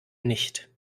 nicht